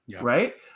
right